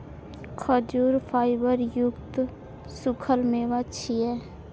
खजूर फाइबर युक्त सूखल मेवा छियै